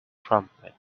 trumpet